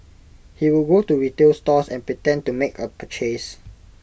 he would walk to retail stores and pretend to make A purchase